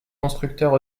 constructeurs